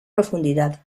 profundidad